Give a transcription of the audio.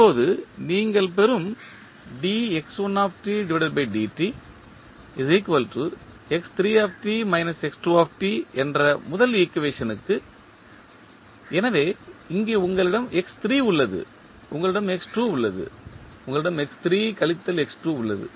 இப்போது நீங்கள் பெறும் என்ற முதல் ஈக்குவேஷன் க்கு எனவே இங்கே உங்களிடம் x3 உள்ளது உங்களிடம் x2 உள்ளது உங்களிடம் x3 கழித்தல் x2 உள்ளது